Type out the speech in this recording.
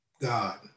God